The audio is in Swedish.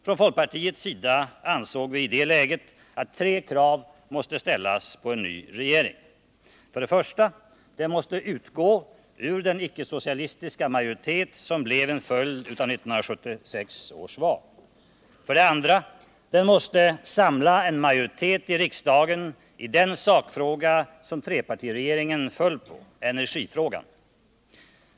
Från folkpartiets sida ansåg vi i det läget att tre krav måste ställas på en ny regering: För det första: Den måste utgå ur den icke-socialistiska majoritet som blev en följd av 1976 års val. För det andra: Den måste kunna samla en majoritet i riksdagen i den sakfråga som trepartiregeringen föll på: energifrågan.